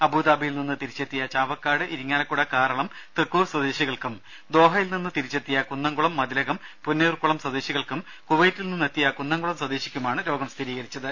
അബുദാബിയിൽ നിന്ന് തിരിച്ചെത്തിയ ചാവക്കാട് ഇരിങ്ങാലക്കുട കാറളം തൃക്കൂർ സ്വദേശികൾക്കും ദോഹയിൽ നിന്ന് തിരിച്ചെത്തിയ കുന്നംകുളം മതിലകം പുന്നയൂർക്കുളം സ്വദേശികൾക്കും കുവൈറ്റിൽ നിന്ന് തിരിച്ചെത്തിയ കുന്നംകുളം സ്വദേശിക്കുമാണ് രോഗം സ്ഥിരീകരിച്ചത്